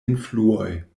influoj